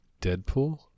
Deadpool